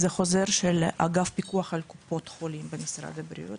זה חוזר של אגף פיקוח על קופות חולים במשרד הבריאות,